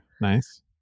nice